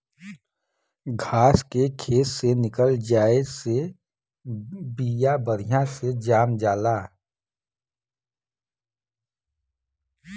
घास के खेत से निकल जाये से बिया बढ़िया से जाम जाला